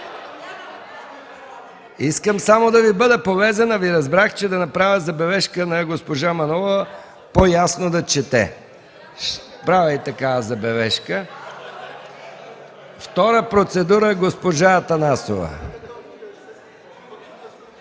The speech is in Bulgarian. Искам само да Ви бъда полезен. Разбрах Ви – да направя забележка на госпожа Манолова по-ясно да чете. Правя й такава забележка. Втора процедура – госпожа Атанасова.